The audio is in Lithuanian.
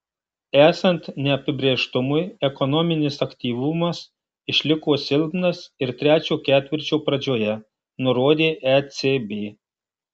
esant neapibrėžtumui ekonominis aktyvumas išliko silpnas ir trečio ketvirčio pradžioje nurodė ecb